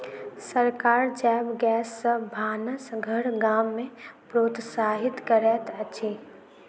सरकार जैव गैस सॅ भानस घर गाम में प्रोत्साहित करैत अछि